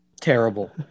Terrible